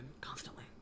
constantly